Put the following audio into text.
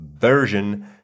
version